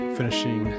finishing